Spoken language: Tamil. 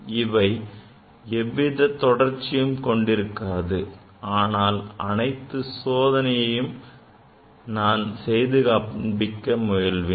இவை எவ்வித தொடர்ச்சியையும் கொண்டிருக்காது ஆனால் அனைத்து சோதனைகளையும் செய்து காண்பிக்க முயல்கிறேன்